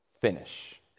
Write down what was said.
finish